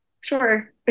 sure